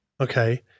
okay